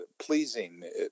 pleasing